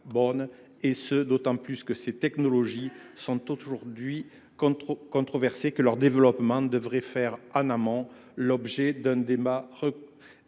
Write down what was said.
et ce d’autant moins que ces technologies sont aujourd’hui controversées et que leur développement devrait faire en amont l’objet d’un débat